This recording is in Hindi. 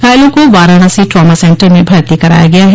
घायलों को वाराणसी ट्रामा सेंटर में भर्ती कराया गया है